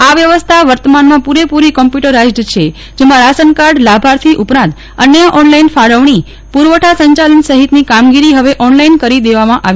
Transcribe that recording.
આ વ્યવસ્થા વર્તમાનમાં પુરેપુરી કોમ્પ્યુટરાઈઝડ છે જેમાં રાશનકાર્ડ લાભાર્થી ઉપરાંત અન્ય ઓનલાઈન ફાડવાની પુરવઠા સંચાલન સહિતની કામગીરી હવે ઓનલાઈન કરી દેવામાં આવી છે